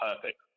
perfect